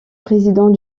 président